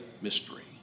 mystery